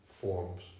forms